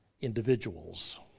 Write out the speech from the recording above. individuals